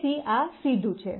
તેથી આ સીધું છે